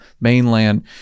mainland